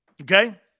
Okay